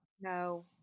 No